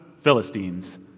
Philistines